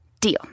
Deal